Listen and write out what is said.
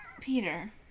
Peter